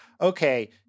okay